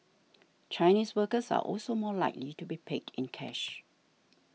Chinese workers are also more likely to be paid in cash